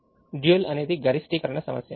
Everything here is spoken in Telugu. Dual అనేది గరిష్టీకరణ సమస్య